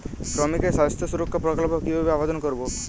শ্রমিকের স্বাস্থ্য সুরক্ষা প্রকল্প কিভাবে আবেদন করবো?